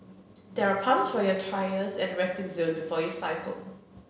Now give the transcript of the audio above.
there are pumps for your tyres at the resting zone before you cycle